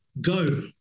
go